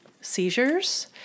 seizures